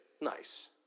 Nice